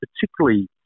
particularly